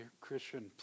Christian